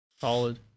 Solid